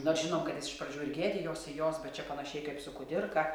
nors žinom kad jis iš pradžių ir gėdijosi jos bet čia panašiai kaip su kudirka